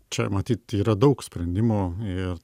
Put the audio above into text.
čia matyt yra daug sprendimų ir